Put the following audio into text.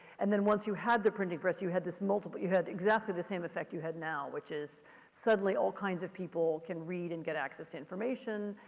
and then once you had the printing press, you had this multiple, you had exactly the same effect you have now, which is suddenly all kinds of people can read and get access to information.